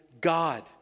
God